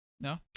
No